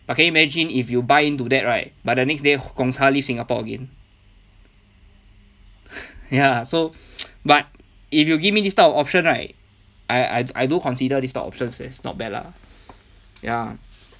but can you imagine if you buy in to that right but the next day gong cha leave singapore again ya so but if you give me this type of option right I I do consider this type of options as not bad lah ya